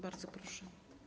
Bardzo proszę.